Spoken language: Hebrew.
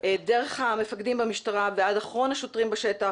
דרך המפקדים במשטרה ועד אחרון השוטרים בשטח,